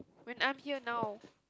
when I'm here now